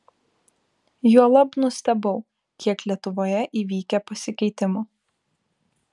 juolab nustebau kiek lietuvoje įvykę pasikeitimų